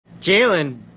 Jalen